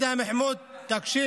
אבל אתם